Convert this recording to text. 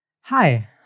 Hi